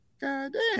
goddamn